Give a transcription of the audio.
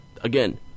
again